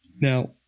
Now